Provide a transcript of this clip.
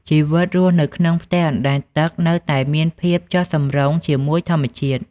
ជីវិតរស់នៅក្នុងផ្ទះអណ្ដែតទឹកនៅតែមាន ភាពចុះសម្រុងជាមួយធម្មជាតិ។